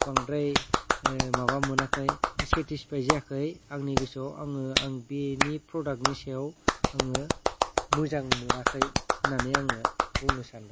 बांद्राय माबा मोनाखै सेतिसपाइ जायाखै आंनि गोसोआव आङो आं बेनि प्रदागनि सायाव आङो मोजां मोनाखै होन्नानै आङो बुंनो सानदों